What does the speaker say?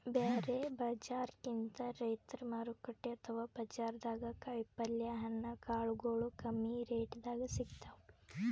ಬ್ಯಾರೆ ಬಜಾರ್ಕಿಂತ್ ರೈತರ್ ಮಾರುಕಟ್ಟೆ ಅಥವಾ ಬಜಾರ್ದಾಗ ಕಾಯಿಪಲ್ಯ ಹಣ್ಣ ಕಾಳಗೊಳು ಕಮ್ಮಿ ರೆಟೆದಾಗ್ ಸಿಗ್ತಾವ್